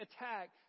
attack